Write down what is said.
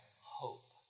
hope